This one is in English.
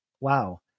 wow